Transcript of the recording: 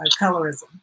colorism